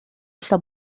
está